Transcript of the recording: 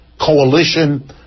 coalition